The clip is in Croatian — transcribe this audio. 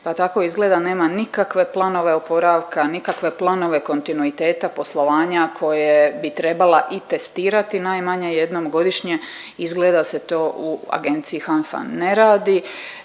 pa tako izgleda nema nikakve planove oporavka, nikakve planove kontinuiteta poslovanja koje bi trebala i testirati najmanje jednom godišnje. Izgleda se to u agenciji HANFA ne radi.